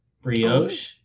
brioche